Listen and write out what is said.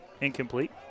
Incomplete